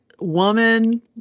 woman